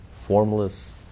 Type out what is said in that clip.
Formless